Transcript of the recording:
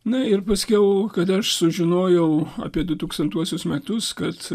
na ir paskiau kad aš sužinojau apie dutūkstantuosius metus kad